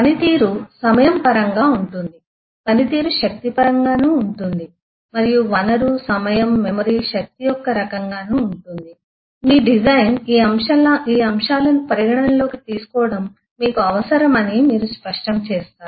పనితీరు సమయం పరంగా ఉంటుంది పనితీరు శక్తి పరంగా ఉంటుంది మరియు వనరు సమయం మెమరీ శక్తి యొక్క రకంగా ఉంటుంది మీ డిజైన్ ఈ అంశాలను పరిగణనలోకి తీసుకోవడం మీకు అవసరమని మీరు స్పష్టం చేస్తారు